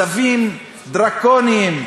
צווים דרקוניים,